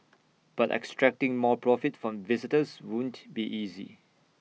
but extracting more profit from visitors won't be easy